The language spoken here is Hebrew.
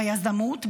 ביזמות,